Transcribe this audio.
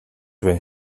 байна